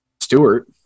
Stewart